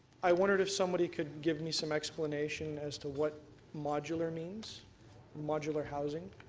i wondered if somebody could give me some explanation as to what modular means modular housing